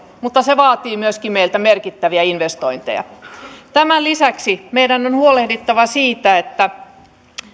mutta se vaatii myöskin meiltä merkittäviä investointeja tämän lisäksi meidän on huolehdittava siitä että